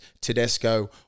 Tedesco